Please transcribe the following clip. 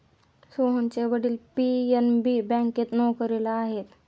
सोहनचे वडील पी.एन.बी बँकेत नोकरीला आहेत